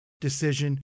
decision